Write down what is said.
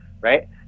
right